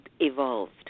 evolved